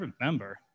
remember